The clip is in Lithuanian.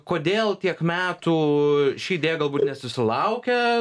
kodėl tiek metų ši idėja galbūt nesusilaukė